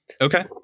Okay